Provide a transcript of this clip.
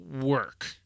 work